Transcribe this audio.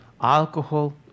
alcohol